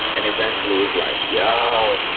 and eventually he's like, yeah